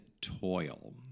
toil